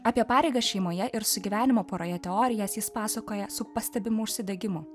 apie pareigas šeimoje ir sugyvenimo poroje teorijas jis pasakoja su pastebimu užsidegimu